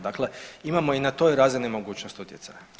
Dakle, imamo i na toj razini mogućnost utjecaja.